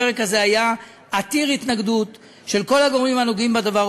הפרק הזה היה עתיר התנגדות של כל הגורמים הנוגעים בדבר.